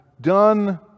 done